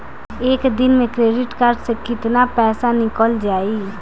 एक दिन मे क्रेडिट कार्ड से कितना पैसा निकल जाई?